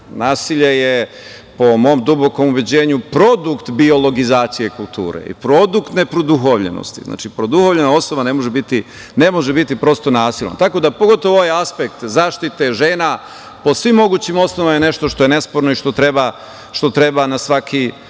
nasilje je, po mom dubokom ubeđenju, produkt biologizacije kulture i produkt neproduhovljenosti. Znači, produhovljena osoba ne može biti prosto nasilna. Tako da, pogotovo ovaj aspekt zaštite žena po svim mogućim osnovama je nešto što je nesporno i što treba na svaki